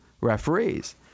referees